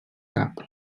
cap